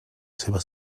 seva